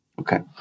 Okay